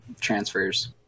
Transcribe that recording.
transfers